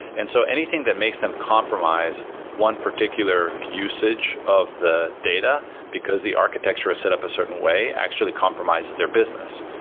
and so anything that makes them compromise one particular usage of the data, because the architecture is set up a certain way, actually compromises their business.